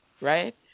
Right